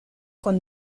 con